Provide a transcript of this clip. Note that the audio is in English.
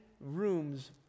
rooms